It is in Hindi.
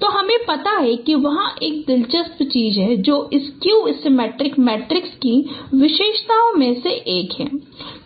तो हमें पता है कि वहाँ एक दिलचस्प है जो स्किव सिमेट्रिक मैट्रिक्स की विशेषता में से एक है